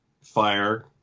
fire